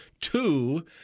Two